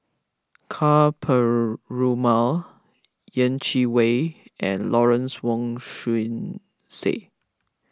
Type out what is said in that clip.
Ka Perumal Yeh Chi Wei and Lawrence Wong Shyun Tsai